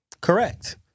Correct